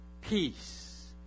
Peace